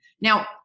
Now